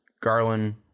Garland—